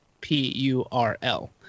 P-U-R-L